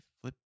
flip